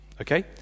Okay